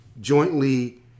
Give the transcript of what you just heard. jointly